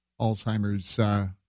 Alzheimer's